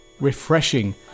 refreshing